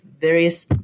various